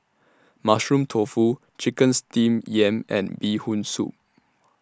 Mushroom Tofu Chicken Steamed Yam and Bee Hoon Soup